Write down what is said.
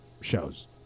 shows